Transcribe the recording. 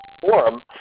forum